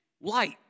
light